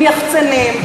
עם יחצנים,